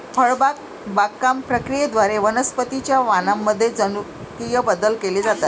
फळबाग बागकाम प्रक्रियेद्वारे वनस्पतीं च्या वाणांमध्ये जनुकीय बदल केले जातात